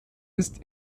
ist